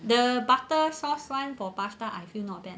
the butter sauce one for pasta I feel not bad